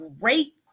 great